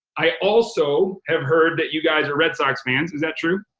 i also have heard that you guys are red sox fans. is that true?